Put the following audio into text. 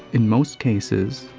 in most cases,